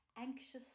anxious